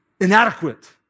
inadequate